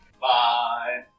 Bye